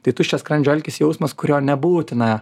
tai tuščio skrandžio alkis jausmas kurio nebūtina